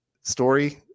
story